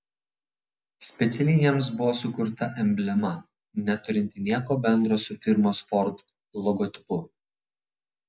specialiai jiems buvo sukurta emblema neturinti nieko bendra su firmos ford logotipu